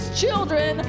children